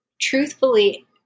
truthfully